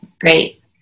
great